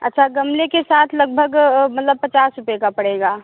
अच्छा गमले के साथ लगभग मतलब पचास रुपये का पड़ेगा